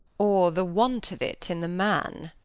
or the want of it in the man.